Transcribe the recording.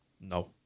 no